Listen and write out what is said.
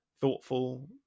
thoughtful